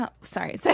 sorry